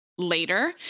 Later